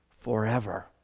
forever